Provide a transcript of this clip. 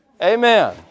Amen